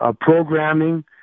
programming